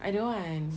I don't want